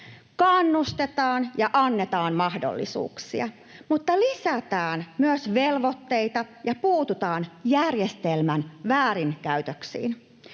Kannustetaan ja annetaan mahdollisuuksia, mutta lisätään myös velvoitteita ja puututaan järjestelmän väärinkäytöksiin.